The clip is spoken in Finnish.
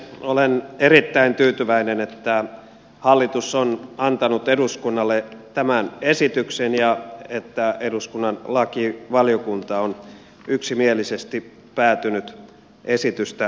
olen erittäin tyytyväinen että hallitus on antanut eduskunnalle tämän esityksen ja että eduskunnan lakivaliokunta on yksimielisesti päätynyt esitystä kannattamaan